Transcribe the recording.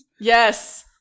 Yes